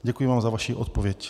Děkuji vám za vaši odpověď.